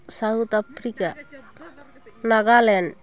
South Africa Nagaland